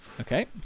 Okay